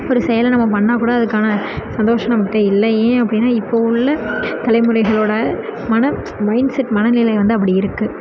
ஒரு செயலை நம்ம பண்ணால் கூட அதுக்கான சந்தோஷம் நம்மகிட்ட இல்லை ஏன் அப்படின்னா இப்போ உள்ள தலைமுறைகளோடய மன மைண்ட் செட் மனநிலை வந்து அப்படி இருக்குது